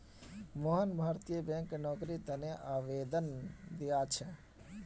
मोहन भारतीय बैंकत नौकरीर तने आवेदन दिया छे